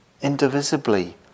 Indivisibly